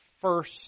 first